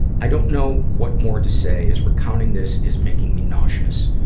i don't know what more to say, as recounting this is making me nauseous.